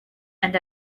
and